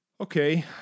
Okay